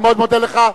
אני מאוד מודה לך.